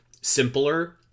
simpler